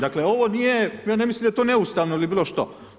Dakle, ovo nije, ja ne mislim da je to neustavno ili bilo što.